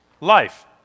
Life